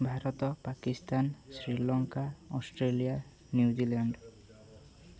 Bharat Pakistan Sri Lanka Australia New Zealand